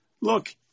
look